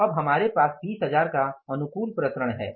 तो अब हमारे पास 20000 का अनुकूल प्रसरण है